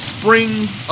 springs